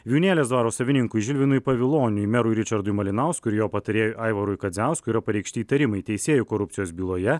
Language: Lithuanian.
vijūnėlės dvaro savininkui žilvinui paviloniui merui ričardui malinauskui ir jo patarėjui aivarui kadziauskui yra pareikšti įtarimai teisėjų korupcijos byloje